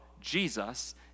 Jesus